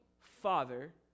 father